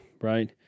Right